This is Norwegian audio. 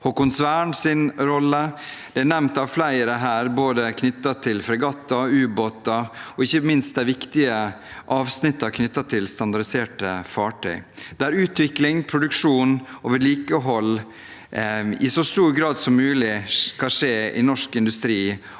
Haakonsverns rolle er nevnt av flere her, knyttet til både fregatter og ubåter, og ikke minst det viktige avsnittet om standardiserte fartøy, der utvikling, produksjon og vedlikehold i så stor grad som mulig skal skje i norsk industri